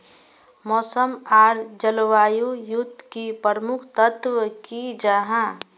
मौसम आर जलवायु युत की प्रमुख तत्व की जाहा?